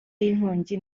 y’inkongi